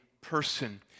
person